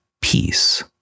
Peace